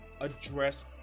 address